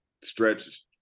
stretch